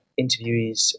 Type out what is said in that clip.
interviewees